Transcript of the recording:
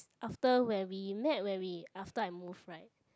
after when me met when we after I move right